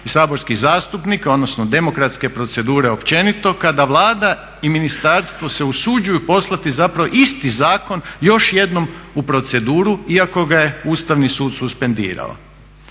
i saborskih zastupnika odnosno demokratske procedure općenito kada Vlada i ministarstvo se usuđuju poslati isti zakon još jednom u proceduru iako ga je Ustavni sud suspendirao?